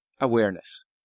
awareness